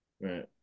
Right